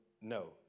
no